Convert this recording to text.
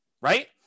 right